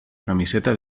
camiseta